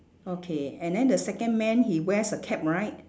okay and then the second man he wears a cap right